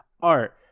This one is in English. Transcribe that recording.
art